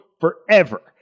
forever